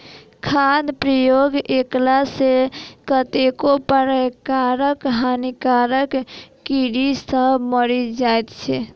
खादक प्रयोग कएला सॅ कतेको प्रकारक हानिकारक कीड़ी सभ मरि जाइत छै